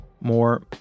More